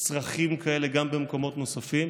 צרכים כאלה גם במקומות נוספים,